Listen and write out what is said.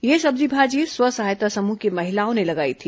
यह सब्जी भाजी स्व सहायता समूह की महिलाओं ने लगाया था